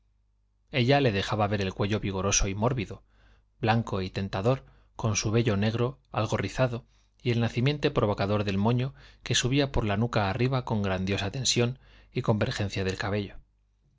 ella le dejaba ver el cuello vigoroso y mórbido blanco y tentador con su vello negro algo rizado y el nacimiento provocador del moño que subía por la nuca arriba con graciosa tensión y convergencia del cabello